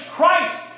Christ